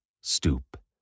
stoop